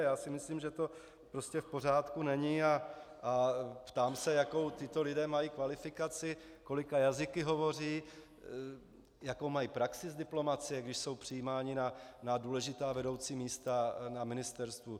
Já si myslím, že to prostě v pořádku není, a ptám se, jakou tito lidé mají kvalifikaci, kolika jazyky hovoří, jakou mají praxi z diplomacie, když jsou přijímáni na důležitá vedoucí místa na ministerstvu.